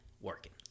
working